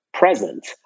present